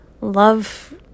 love